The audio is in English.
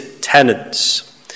tenants